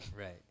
Right